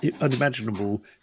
unimaginable